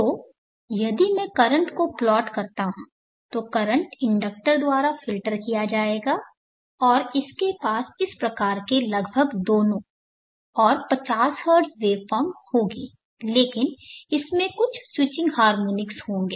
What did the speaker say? तो यदि मैं करंट को प्लॉट करता हूं तो करंट इंडक्टर द्वारा फ़िल्टर किया जाएगा और इसके पास इस प्रकार के लगभग दोनों और 50 हर्ट्ज वेवफॉर्म होगी लेकिन इसमें कुछ स्विचिंग हार्मोनिक्स होंगे